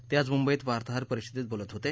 ते आज मुंबईत वार्ताहर परिषदेत बोलत होते